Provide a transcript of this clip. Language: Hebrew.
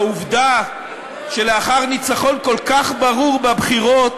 העובדה שלאחר ניצחון כל כך ברור בבחירות